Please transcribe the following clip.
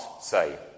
say